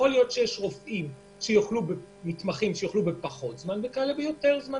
יכול להיות שיש מתמחים שיוכלו בפחות זמן וכאל שביותר זמן,